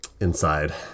inside